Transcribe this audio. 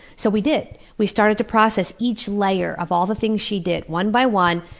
so we did. we started to process each layer of all the things she did, one by one,